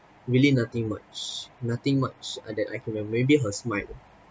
really nothing much nothing much uh that I can remember maybe her smile